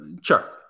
Sure